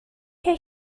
her